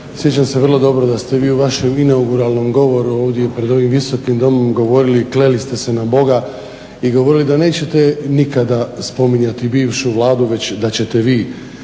sjećam se vrlo dobro da ste vi u vašem inauguralnom govoru ovdje pred ovim Visokim domom govorili ste i kleli ste se na Boga i govorili da nećete nikada spominjati bivšu vladu već da ćete vi